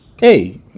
hey